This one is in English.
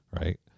right